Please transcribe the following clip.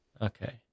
Okay